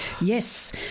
Yes